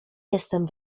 jestem